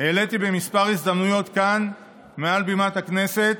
העליתי בכמה הזדמנויות כאן מעל בימת הכנסת,